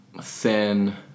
thin